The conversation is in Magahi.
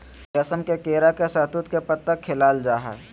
रेशम के कीड़ा के शहतूत के पत्ता खिलाल जा हइ